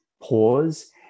pause